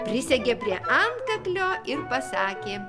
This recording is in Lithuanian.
prisegė prie antkaklio ir pasakė